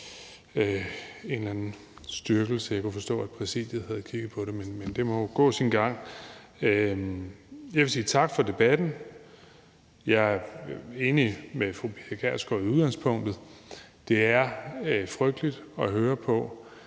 det der med at styrke det – jeg kan forstå, at Præsidiet har kigget på det, men det må jo gå sin gang. Jeg vil sige tak for debatten. Jeg er enig med fru Pia Kjærsgaard i udgangspunktet. Det er frygteligt at høre på,